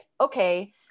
okay